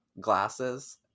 glasses